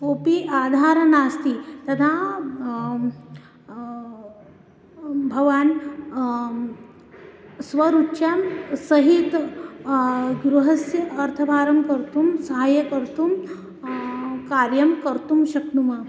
कोपि आधारः नास्ति तदा भवान् स्वरुच्यां सहित गृहस्य अर्थभारं कर्तुं साहाय्यकर्तुं कार्यं कर्तुं शक्नुमः